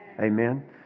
Amen